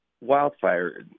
wildfire